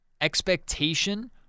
expectation